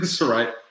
right